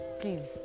please